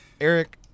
Eric